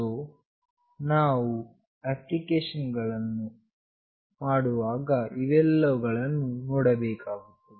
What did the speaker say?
so ನಾವು application ಅನ್ನು ಮಾಡುವಾಗ ಇವೆಲ್ಲವುಗಳನ್ನು ನೋಡಬೇಕಾಗುತ್ತದೆ